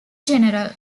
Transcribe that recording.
general